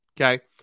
Okay